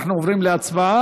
אנחנו עוברים להצבעה.